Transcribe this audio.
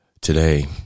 Today